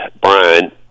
Brian